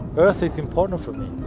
earth is important for me.